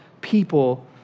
people